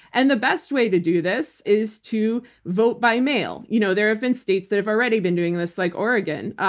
and the best way to do this is to vote by mail. you know there have been states that have already been doing this, like oregon,